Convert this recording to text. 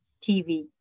TV